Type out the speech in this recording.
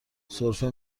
سرفه